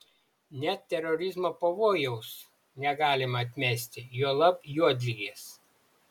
net terorizmo pavojaus negalima atmesti juolab juodligės